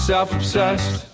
self-obsessed